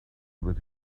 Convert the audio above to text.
with